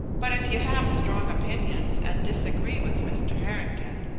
but if you have strong opinions and disagree with mr. harrington,